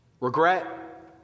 Regret